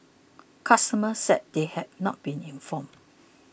customers said they had not been informed